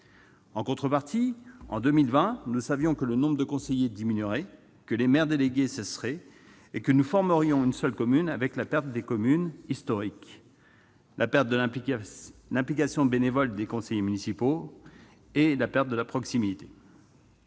En contrepartie, en 2020, nous savions que le nombre de conseillers diminuerait, que les maires délégués cesseraient d'exister, et que nous formerions une seule commune, avec la perte des communes historiques, de l'implication bénévole des conseillers municipaux et de la proximité.